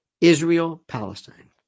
Israel-Palestine